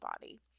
body